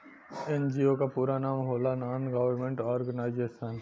NGO क पूरा नाम होला नान गवर्नमेंट और्गेनाइजेशन